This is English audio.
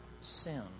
sin